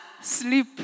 sleep